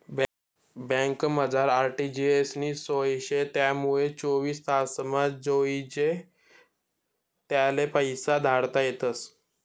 बँकमझार आर.टी.जी.एस नी सोय शे त्यानामुये चोवीस तासमा जोइजे त्याले पैसा धाडता येतस